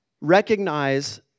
Recognize